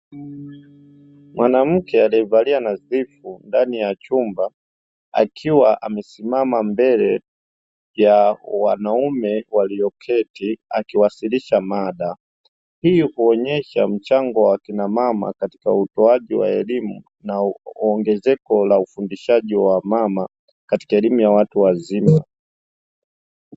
Mwanamke aliyevalia nadhifu ndani ya chumba, akiwa amesimama mbele ya wanaume walioketi, akiwasilisha mada, hii kuonyesha mchango wa kina mama, katika utoaji wa elimu ,na ongezeko la ufundishaji wa wamama katika elimu ya watu wazima.